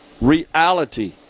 reality